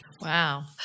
Wow